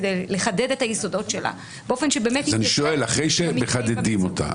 כדי לחדד את היסודות שלה באופן --- אחרי שמחדדים אותה,